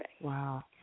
Wow